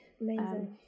Amazing